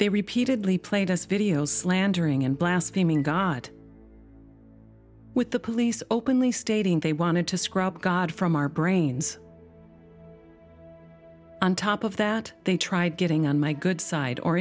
they repeatedly played us videos slandering and blaspheming god with the police openly stating they wanted to scrub god from our brains on top of that they tried getting on my good side or